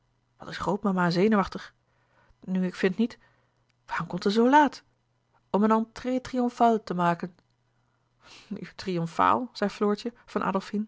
wat is grootmama zenuwachtig nu ik vind niet waarom komt ze zoo laat om een entrée triomphale te maken nu triomfaal zei floortje van